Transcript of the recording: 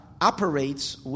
operates